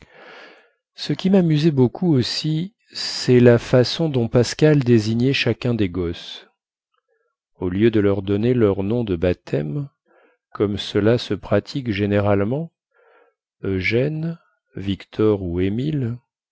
ce qui mamusait beaucoup aussi cest la façon dont pascal désignait chacun des gosses au lieu de leur donner leur nom de baptême comme cela se pratique généralement eugène victor ou émile